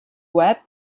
web